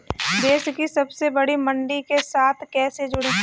देश की सबसे बड़ी मंडी के साथ कैसे जुड़ें?